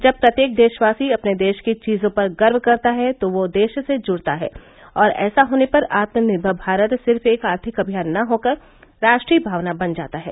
जब प्रत्येक देशवासी अपने देश की चीजों पर गर्व करता है तो वह देश से जुड़ता है और ऐसा होने पर आत्मनिर्भर भारत सिर्फ एक आर्थिक अभियान न रहकर राष्ट्रीय भावना बन जाता है